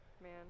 Man